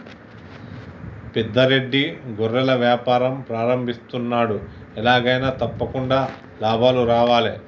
పెద్ద రెడ్డి గొర్రెల వ్యాపారం ప్రారంభిస్తున్నాడు, ఎలాగైనా తప్పకుండా లాభాలు రావాలే